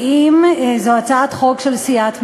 זו הצעת חוק של סיעת מרצ.